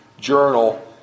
journal